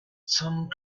some